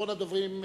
אחרון הדוברים,